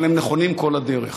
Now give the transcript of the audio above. אבל הם נכונים כל הדרך.